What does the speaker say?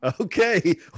Okay